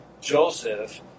Joseph